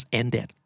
ended